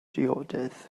ddiodydd